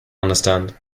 understand